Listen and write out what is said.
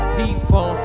people